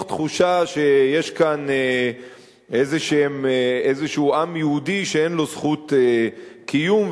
תחושה שיש כאן איזה עם יהודי שאין לו זכות קיום,